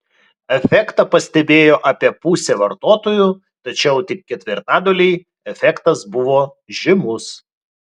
efektą pastebėjo apie pusė vartotojų tačiau tik ketvirtadaliui efektas buvo žymus